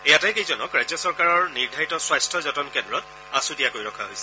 এই আটাইকেইজনক ৰাজ্য চৰকাৰৰ নিৰ্ধাৰিত স্বাস্থ্যযতন কেন্দ্ৰত আছুতীয়াকৈ ৰখা হৈছে